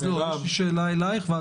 חבר הכנסת בגין, בבקשה.